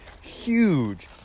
huge